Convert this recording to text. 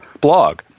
blog